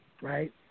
right